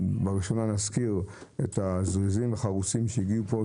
בראשונה נזכיר את הזריזים והחרוצים שהגיעו לפה,